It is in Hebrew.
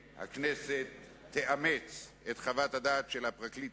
שהכנסת תאמץ את חוות הדעת של הפרקליט